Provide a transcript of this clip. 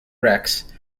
rex